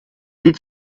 did